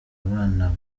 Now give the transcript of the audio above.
abana